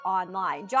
online